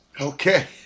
Okay